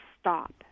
stop